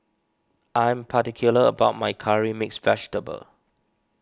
I am particular about my Curry Mixed Vegetable